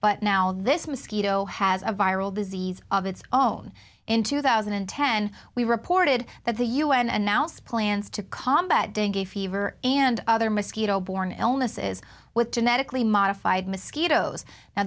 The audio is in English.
but now this mosquito has a viral disease of its own in two thousand and ten we reported that the u n announced plans to combat dengue fever and other mosquito borne illnesses with genetically modified mosquitoes now